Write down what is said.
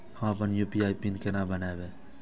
हम अपन UPI PIN केना बनैब?